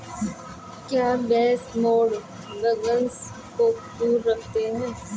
क्या baseboard bugs को दूर रखते हैं?